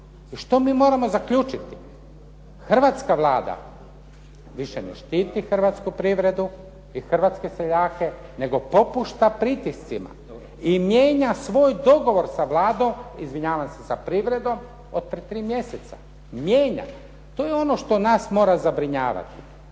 I što mi moramo zaključiti? Hrvatska Vlada više ne štiti hrvatsku privredu i hrvatske seljake nego popušta pritiscima i mijenja svoj dogovor sa Vladom, izvinjavam se sa privredom od prije 3 mjeseca. Mijenja. To je ono što nas mora zabrinjavati.